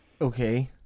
Okay